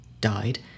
died